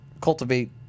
cultivate